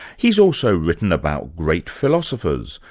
he's also written about great philosophers,